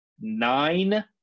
Nine